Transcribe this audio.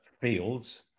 fields